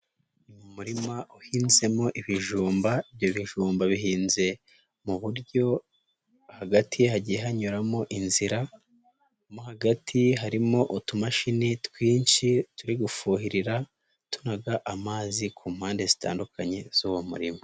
Mu murima uhinzemo ibijumba, ibyo bijumba bihinze mu buryo hagati hagiye hanyuramo inzira, hagati harimo utumamashini twinshi turi gufuhirira tunaga amazi ku mpande zitandukanye z'uwo murima.